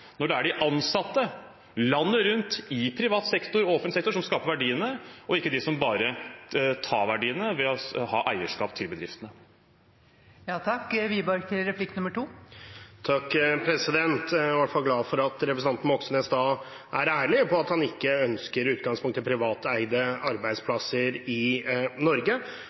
når det er de ansatte – landet rundt, i privat sektor og i offentlig sektor – som skaper verdiene, ikke de som bare tar verdiene ved å ha eierskap til bedriftene. Jeg er i hvert fall glad for at representanten Moxnes er ærlig på at han i utgangspunktet ikke ønsker privateide arbeidsplasser i Norge,